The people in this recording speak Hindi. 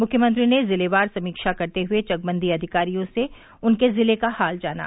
मुख्यमंत्री ने जिलेवार समीक्षा करते हुए चकबंदी अधिकारियों से उनके जिले का हाल जाना